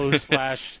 slash